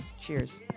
cheers